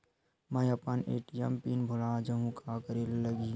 मैं अपन ATM pin भुला जहु का करे ला लगही?